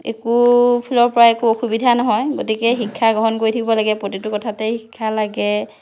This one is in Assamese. একো ফালৰ পৰা একো অসুবিধা নহয় গতিকে শিক্ষা গ্ৰহণ কৰি থাকিব লাগে প্ৰতিটো কথাতেই শিক্ষা লাগে